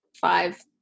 five